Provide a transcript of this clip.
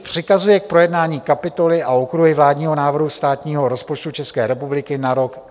Přikazuje k projednání kapitoly a okruhy vládního návrhu státního rozpočtu České republiky na rok 2022 takto: